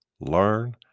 learn